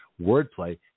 wordplay